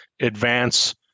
advance